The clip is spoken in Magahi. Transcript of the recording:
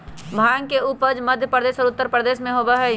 भांग के उपज मध्य प्रदेश और उत्तर प्रदेश में होबा हई